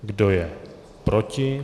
Kdo je proti?